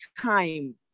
time